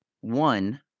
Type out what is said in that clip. One